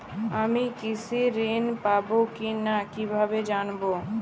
আমি কৃষি ঋণ পাবো কি না কিভাবে জানবো?